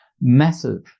massive